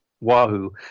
wahoo